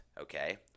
Okay